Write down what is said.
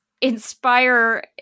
inspire